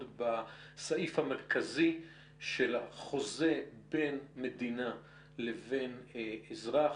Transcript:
בסעיף המרכזי של החוזה בין מדינה לבין אזרח,